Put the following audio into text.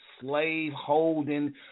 slave-holding